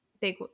big